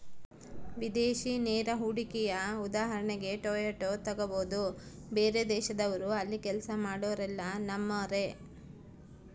ವಿದೇಶಿ ನೇರ ಹೂಡಿಕೆಯ ಉದಾಹರಣೆಗೆ ಟೊಯೋಟಾ ತೆಗಬೊದು, ಬೇರೆದೇಶದವ್ರು ಅಲ್ಲಿ ಕೆಲ್ಸ ಮಾಡೊರೆಲ್ಲ ನಮ್ಮರೇ